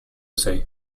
say